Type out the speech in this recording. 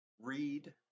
read